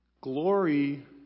Glory